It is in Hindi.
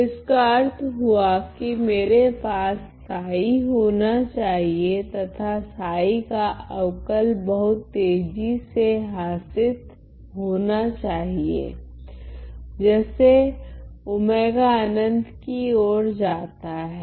तो इसका अर्थ हुआ कि मेरे पास होना चाहिए तथा का अवकल बहुत तेजी से ह्र्सीत होना चाहिए जैसे अनंत कि ओर जाता हैं